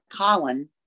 Colin